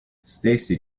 stacey